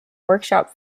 workshop